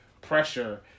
pressure